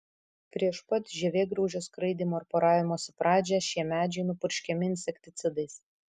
prieš pat žievėgraužio skraidymo ir poravimosi pradžią šie medžiai nupurškiami insekticidais